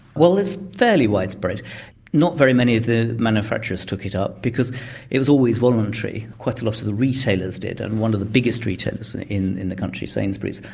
well it's fairly widespread not very many of the manufacturers took it up because it was always voluntary. quite a lot of the retailers did and one of the biggest retailers and in in the country, sainsbury's,